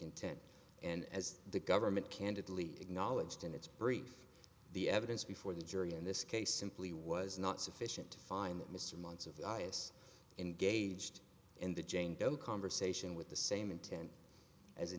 intent and as the government candidly acknowledged in its brief the evidence before the jury in this case simply was not sufficient to find that mr months of us engaged in the jane doe conversation with the same intent as i